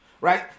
right